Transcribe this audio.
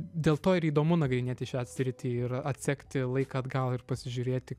dėl to ir įdomu nagrinėti šią sritį ir atsekti laiką atgal ir pasižiūrėti